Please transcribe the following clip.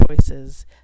choices